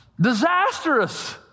disastrous